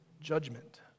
judgment